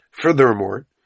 Furthermore